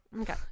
Okay